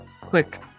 Quick